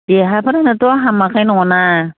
देहाफोरानोथ' हामाखाय नङाना